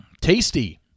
tasty